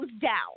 down